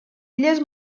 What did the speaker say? illes